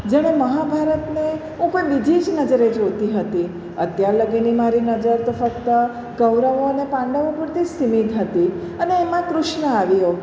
જાણે મહાભારતને હું કોઈ બીજી જ નજરે જોતી હતી અત્યાર લગીની મારી નજર તો ફક્ત કૌરવો અને પાંડવો પૂરતી જ સીમિત હતી અને એમાં કૃષ્ન આવ્યો